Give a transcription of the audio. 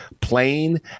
plain